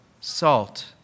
salt